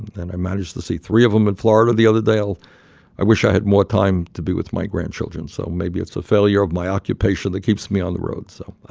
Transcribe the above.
and i managed to see three of them in florida the other day. i i wish i had more time to be with my grandchildren. so maybe it's a failure of my occupation that keeps me on the road. so